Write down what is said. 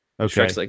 Okay